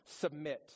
submit